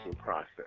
process